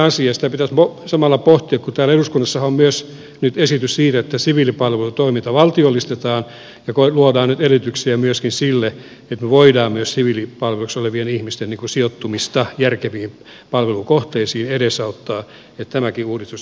sitä pitäisi samalla pohtia kun täällä eduskunnassahan on nyt myös esitys siitä että siviilipalvelutoiminta valtiollistetaan ja luodaan nyt edellytyksiä myöskin sille että me voimme myös siviilipalveluksessa olevien ihmisten sijoittumista järkeviin palvelukohteisiin edesauttaa ja tämäkin uudistus auttaa sitä